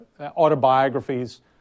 autobiographies